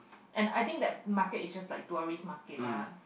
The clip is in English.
and I think that market is just like tourist market lah